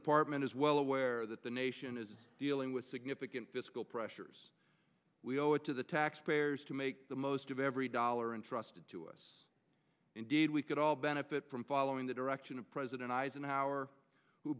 department is well aware that the nation is dealing with significant fiscal pressures we owe it to the taxpayers to make the most of every dollar entrusted to us indeed we could all benefit from following the direction of president eisenhower who